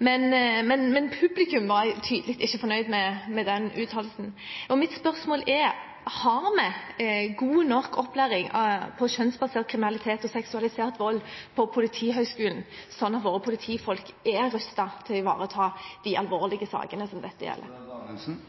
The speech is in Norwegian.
Men publikum var klart ikke fornøyd med den uttalelsen. Mitt spørsmål er: Har vi god nok opplæring i kjønnsbasert kriminalitet og seksualisert vold på Politihøgskolen, sånn at våre politifolk er rustet til å ivareta de alvorlige sakene som dette gjelder?